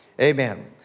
Amen